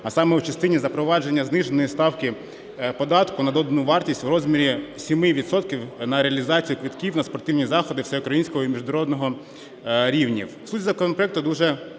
а саме у частині запровадження зниженої ставки податку на додану вартість в розмірі 7 відсотків на реалізацію квитків на спортивні заходи всеукраїнського і міжнародного рівнів. Суть законопроекту дуже проста,